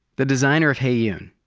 the designer of heyoon.